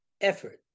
effort